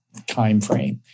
timeframe